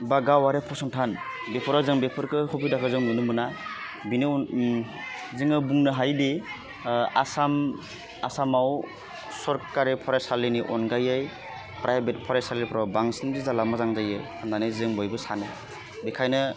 बा गावारि फसंथान बेफोरो जों बेफोरखौ सुबिदाखौ जों नुनो मोना बेनि उन जोङो बुंनो हायोदि आसाम आसामाव सरखारि फरायसालिनि अनगायै प्राइभेट फरायसालिफ्राव बांसिन रिजाला मोजां जायो होन्नानै जों बयबो सानो बेखायनो